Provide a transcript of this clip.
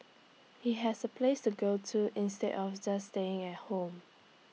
he has A place to go to instead of just staying at home